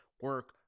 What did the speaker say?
Work